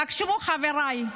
תחשבו, חבריי,